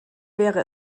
wäre